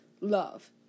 love